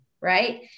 Right